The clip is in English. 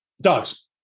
Dogs